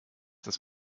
dass